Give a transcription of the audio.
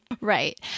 Right